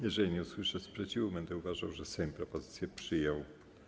Jeśli nie usłyszę sprzeciwu, będę uważał, że Sejm propozycję przyjął.